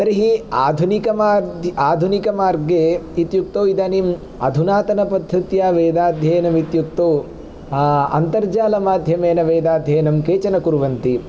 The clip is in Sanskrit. तर्हि आधुनिकमाध्य् आधुनिकमार्गे इत्युक्तौ इदानीम् अधुनातनपद्धत्या वेदाध्ययनम् इत्युक्तौ अन्तर्जालमाध्यमेन वेदाध्ययनं केचन कुर्वन्ति